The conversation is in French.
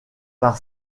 par